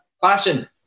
fashion